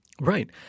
right